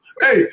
hey